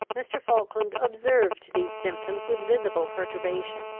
mr. falkland observed these symptoms with visible perturbation.